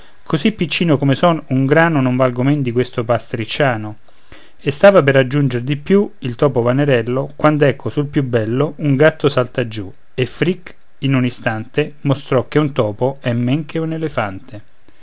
così piccino come son un grano non valgo men di questo pastricciano e stava per aggiungere di più il topo vanerello quand'ecco sul più bello un gatto salta giù e fric in un istante mostrò che un topo è men che un elefante